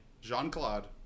Jean-Claude